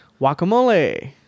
Guacamole